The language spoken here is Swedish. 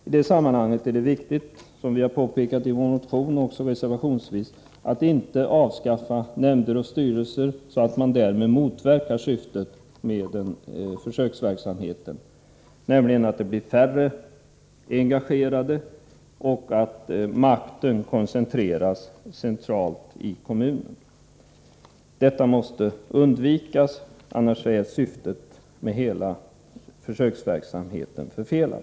I detta sammanhang är det viktigt, som vi har påpekat i vår motion och reservationsvis, att inte avskaffa nämnder och styrelser så att man därigenom motverkar syftet med försöksverksamheten på så sätt att det blir färre engagerade och makten koncentreras centralt i kommunen. Detta måste undvikas, annars är syftet med hela försöksverksamheten förfelat.